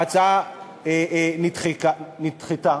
ההצעה נדחתה.